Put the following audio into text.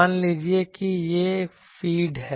मान लीजिए कि यह फ़ीड है